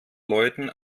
leuten